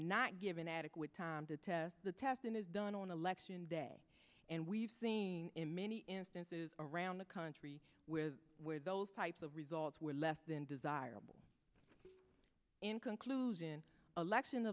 not given adequate time to test the testing is done on election day and we've seen in many instances around the country with where those types of results were less than desirable in conclusion election